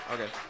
Okay